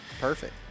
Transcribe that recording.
Perfect